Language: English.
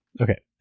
Okay